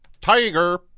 Tiger